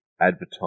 advertise